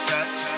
Touch